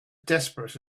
desperate